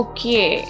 Okay